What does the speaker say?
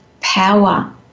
power